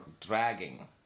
dragging